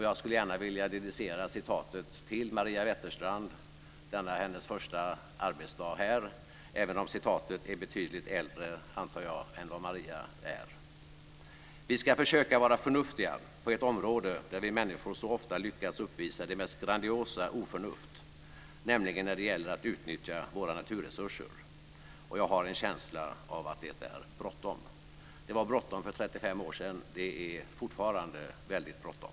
Jag skulle gärna vilja decicera citatet till Maria Wetterstrand denna hennes första arbetsdag här i kammaren, även om - antar jag - citatet är betydligt äldre än vad "Vi skall försöka vara förnuftiga på ett område där vi människor så ofta lyckats uppvisa det mest grandiosa oförnuft - nämligen när det gäller att utnyttja våra naturresurser. ... Och jag har en känsla av att det är bråttom." Det var bråttom för 35 år sedan, och det är fortfarande väldigt bråttom.